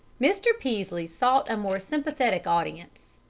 mr. peaslee sought a more sympathetic audience.